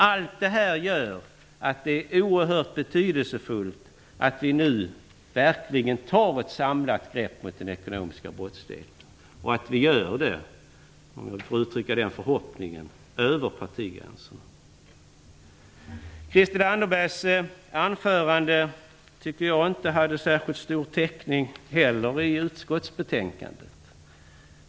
Allt detta gör att det är oerhört betydelsefullt att vi nu verkligen tar ett samlat grepp för att bekämpa den ekonomiska brottsligheten och att vi - låt mig uttrycka den förhoppningen - kan göra detta över partigränserna. Jag tyckte inte heller att Christel Anderbergs anförande hade särskilt stor täckning i utskottsbetänkandet.